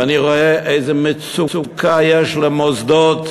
ואני רואה איזה מצוקה יש למוסדות,